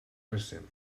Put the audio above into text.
recent